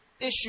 issue